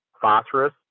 phosphorus